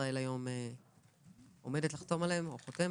ישראל עומדת לחתום עליהם או כבר חתמה.